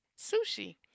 sushi